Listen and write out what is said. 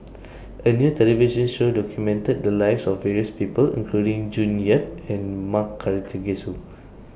A New television Show documented The Lives of various People including June Yap and M Karthigesu